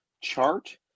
chart